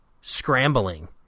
scrambling